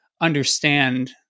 understand